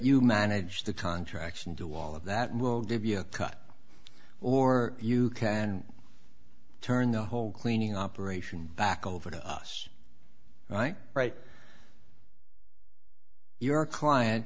you manage the contracts and do all of that and we'll give you a cut or you can turn the whole cleaning operation back over to us right right your client